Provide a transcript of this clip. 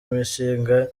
mishinga